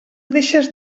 deixes